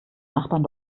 nachbarn